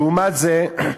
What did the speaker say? לעומת זה,